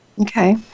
Okay